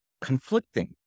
conflicting